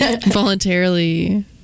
voluntarily